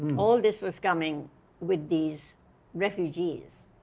all of this was coming with these refugees,